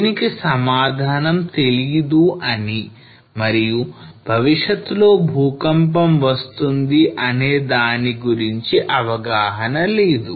దీనికి సమాధానం తెలీదు అని మరియు భవిష్యత్తులో భూకంపం వస్తుంది అనేదాని గురించి అవగాహన లేదు